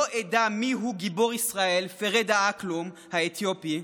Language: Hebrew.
אדע מיהו גיבור ישראל פרדה אקלום האתיופי,